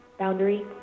Boundary